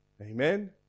Amen